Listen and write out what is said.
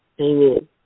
Amen